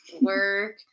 work